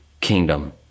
kingdom